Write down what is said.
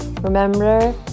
Remember